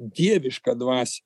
dievišką dvasią